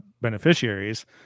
beneficiaries